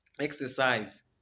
Exercise